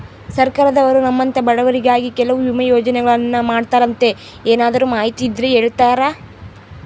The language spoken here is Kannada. ಸರ್ಕಾರದವರು ನಮ್ಮಂಥ ಬಡವರಿಗಾಗಿ ಕೆಲವು ವಿಮಾ ಯೋಜನೆಗಳನ್ನ ಮಾಡ್ತಾರಂತೆ ಏನಾದರೂ ಮಾಹಿತಿ ಇದ್ದರೆ ಹೇಳ್ತೇರಾ?